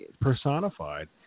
personified